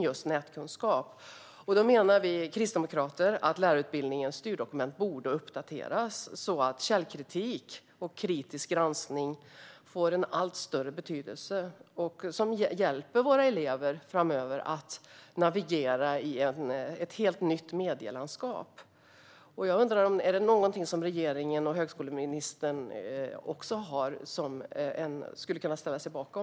Därför menar vi kristdemokrater att lärarutbildningens styrdokument borde uppdateras så att källkritik och kritisk granskning får en allt större betydelse, för att vi framöver ska kunna hjälpa våra elever att navigera i ett helt nytt medielandskap. Är det någonting som regeringen och högskoleministern skulle kunna ställa sig bakom?